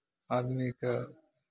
आदमीके